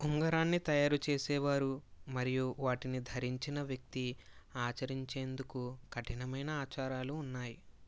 ఉంగరాన్ని తయారు చేసేవారు మరియు వాటిని ధరించిన వ్యక్తి ఆచరించేందుకు కఠినమైన ఆచారాలు ఉన్నాయి